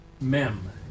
Mem